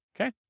Okay